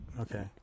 Okay